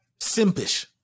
simpish